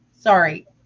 sorry